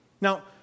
Now